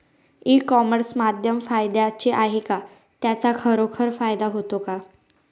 E commerce माध्यम फायद्याचे आहे का? त्याचा खरोखर फायदा होतो का?